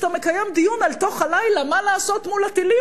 כשאתה מקיים דיון אל תוך הלילה מה לעשות מול הטילים,